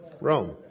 Rome